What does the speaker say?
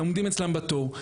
עומדים אצלם בתור,